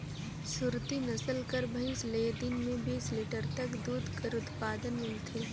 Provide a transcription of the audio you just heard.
सुरती नसल कर भंइस ले दिन में बीस लीटर तक दूद कर उत्पादन मिलथे